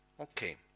Okay